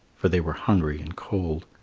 for they were hungry and cold.